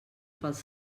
pels